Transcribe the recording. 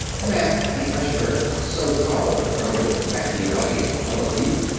mack, the usher, so called from his machiavellian qualities,